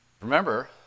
Remember